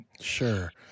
Sure